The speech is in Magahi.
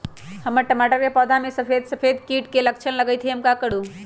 हमर टमाटर के पौधा में सफेद सफेद कीट के लक्षण लगई थई हम का करू?